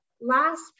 last